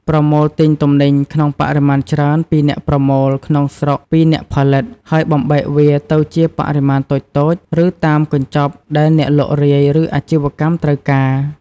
ប្រមូលទិញទំនិញក្នុងបរិមាណច្រើន ពីអ្នកប្រមូលក្នុងស្រុកពីអ្នកផលិត ហើយបំបែកវាទៅជាបរិមាណតូចៗ ឬតាមកញ្ចប់ដែលអ្នកលក់រាយ ឬអាជីវកម្មត្រូវការ។